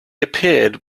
appeared